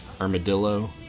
armadillo